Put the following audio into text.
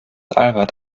albert